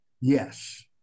Yes